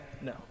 No